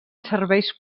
serveis